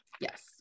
Yes